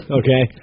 okay